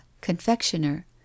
confectioner